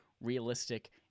realistic